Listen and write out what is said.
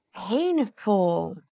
painful